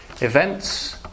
events